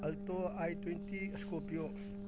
alto I twenty scorpio